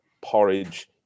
porridge